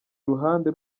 ruhande